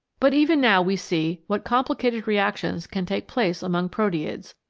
but even now we see what complicated reactions can take place among proteids,